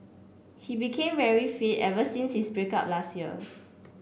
he became very fit ever since his break up last year